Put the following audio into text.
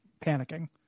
panicking